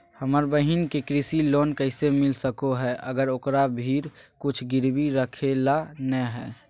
हमर बहिन के कृषि लोन कइसे मिल सको हइ, अगर ओकरा भीर कुछ गिरवी रखे ला नै हइ?